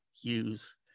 use